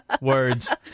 words